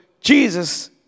Jesus